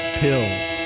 pills